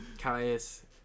Caius